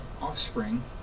offspring